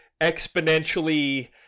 exponentially